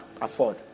afford